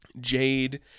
Jade